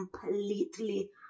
completely